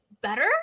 better